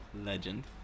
legend